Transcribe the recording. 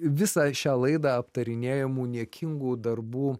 visą šią laidą aptarinėjamų niekingų darbų